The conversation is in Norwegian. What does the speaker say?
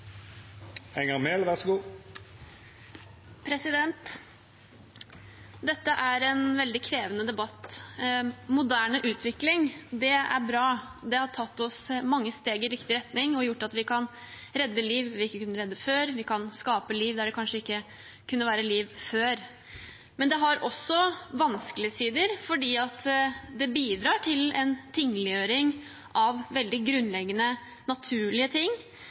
med funksjonsnedsettelser, og så gjenstår det å se om regjeringen vil prioritere det. Jeg er trygg på at den moderniseringen av loven som nå kommer, er riktig. Dette er en veldig krevende debatt. Moderne utvikling er bra. Det har tatt oss mange steg i riktig retning og gjort at vi kan redde liv som vi ikke kunne redde før, og at vi kan skape liv der som det kanskje ikke kunne være liv før. Men det har også